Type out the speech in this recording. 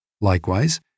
Likewise